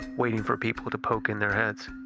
waiting for people to poke in their heads.